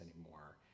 anymore